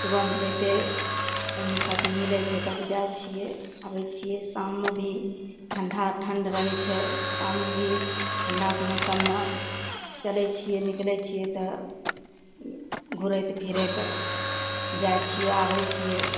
सुबहमे जइते सङ्गी साथी मिलय छै तब जाइ छियै आबय छियै शाममे भी ठण्डा ठण्ड रहय छै शाममे भी ठण्डाके मौसममे चलय छियै निकलय छियै तऽ घूरैत फिरैत जाइ छियै आबय छियै